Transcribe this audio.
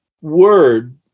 word